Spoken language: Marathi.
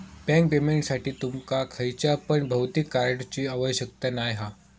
बँक पेमेंटसाठी तुमका खयच्या पण भौतिक कार्डची आवश्यकता नाय हा